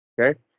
okay